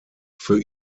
für